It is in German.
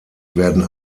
werden